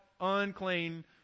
unclean